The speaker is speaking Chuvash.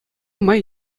май